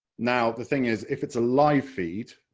now the thing is, if it's a live feed,